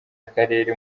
akarere